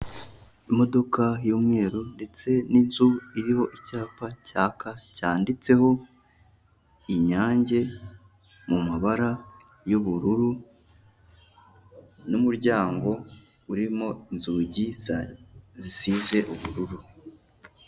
Imodoka y'umweru, ndetse n'inzu iriho icyapa cyaka cyanditseho inyange mumabara y'ubururu, n'umuryango urimo inzugi zisize ubururu.